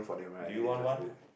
do you want one